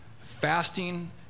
Fasting